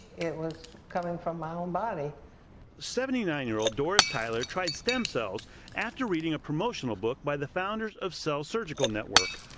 it was coming from my own body seventy nine year old doris tyler tried stem cells after reading a promotional back by the founders of cell surgical network,